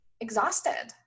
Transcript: exhausted